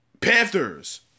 Panthers